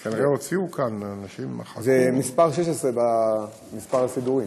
זה מס' 16 במספר הסידורי,